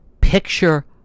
Picture